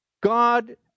God